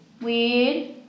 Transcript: Weird